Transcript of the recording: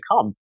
come